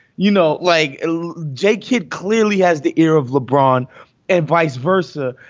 you know, like jake. he clearly has the ear of lebron and vice versa.